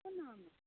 कोन आम अइ